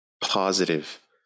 positive